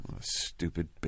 Stupid